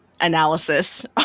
analysis